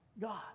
God